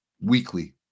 Weekly